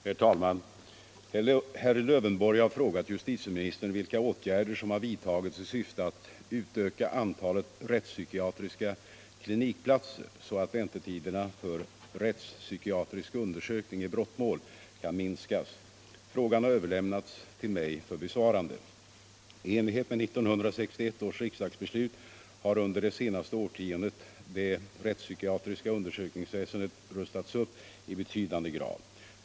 Herr talman! Herr Lövenborg har frågat justitieministern vilka åtgärder som har vidtagits i syfte att utöka antalet rättspsykiatriska klinikplatser så att väntetiderna för rättspsykiatrisk undersökning i brottmål kan minskas. Frågan har överlämnats till mig för besvarande. I enlighet med 1961 års riksdagsbeslut har under det senaste årtiondet det rättspsykiatriska undersökningsväsendet rustats upp i betydande grad.